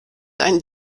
deine